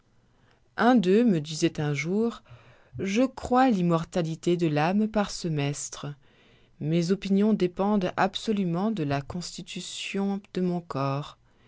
un d'eux me disoit un jour je crois l'immortalité de l'âme par semestre mes opinions dépendent absolument de la constitution de mon corps